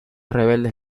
rebeldes